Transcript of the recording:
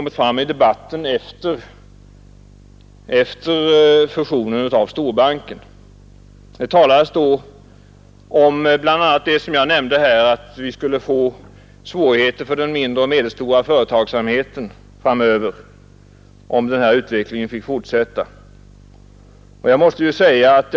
I debatten efter storbanksfusionen talades det bl.a. om de svårigheter som den mindre och medelstora företagsamheten framöver skulle möta, om denna koncentrationsutveckling fick fortsätta.